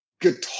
guitar